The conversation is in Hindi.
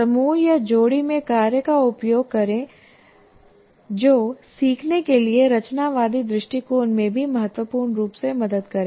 समूह या जोड़ी में कार्य का उपयोग करें जो सीखने के लिए रचनावादी दृष्टिकोण में भी महत्वपूर्ण रूप से मदद करेगा